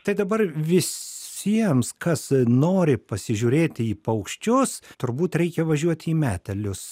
tai dabar visiems kas nori pasižiūrėti į paukščius turbūt reikia važiuoti į metelius